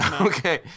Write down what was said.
Okay